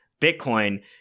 Bitcoin –